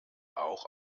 auch